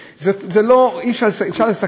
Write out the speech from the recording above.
אפשר להסתכל על זה נקודתית,